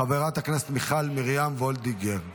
חבר הכנסת אושר שקלים, מוותר,